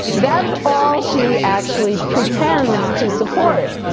that's all she actually pretends to support.